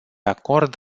acord